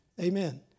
Amen